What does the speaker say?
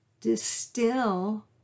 distill